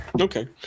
okay